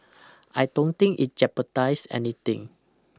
I don't think it jepardise anything